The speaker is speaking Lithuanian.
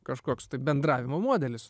kažkoks bendravimo modelis